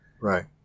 Right